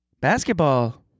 basketball